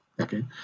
okay